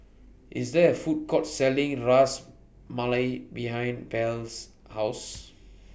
IS There A Food Court Selling Ras Malai behind Belle's House